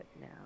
now